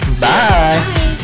Bye